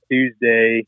Tuesday